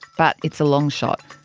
but it's a long shot.